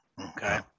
Okay